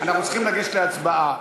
אנחנו צריכים לגשת להצבעה,